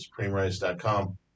supremerice.com